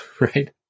Right